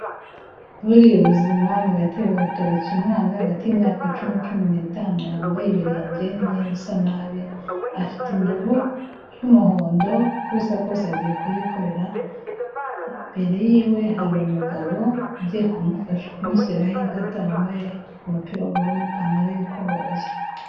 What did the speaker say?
Buriya ubuzima ni gatebe gatoki. Umwana uri hagati y'imyaka icumi na cumi ni'itanu yambaye ibirenge n'imyenda isa nabi, afite indobo y'umuhondo uko bisa kose agiye kuyikorera. Imbere y'iwe hari umugabo ugiye kumufasha kumushyiraho ingata wambaye umupira w'uburu, ipantaro y'ikuboyi.